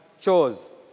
chose